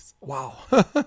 wow